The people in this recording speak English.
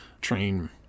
train